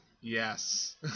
Yes